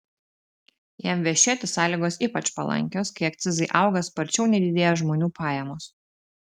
jam vešėti sąlygos ypač palankios kai akcizai auga sparčiau nei didėja žmonių pajamos